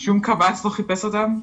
שום קב"ס לא חיפש אותם,